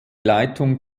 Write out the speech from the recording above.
leitung